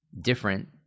different